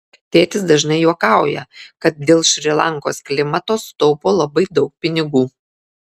tėtis dažnai juokauja kad dėl šri lankos klimato sutaupo labai daug pinigų